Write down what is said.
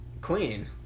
Queen